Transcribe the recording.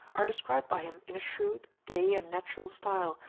are described by him in a shrewd, gay, and natural style,